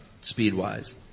speed-wise